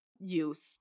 use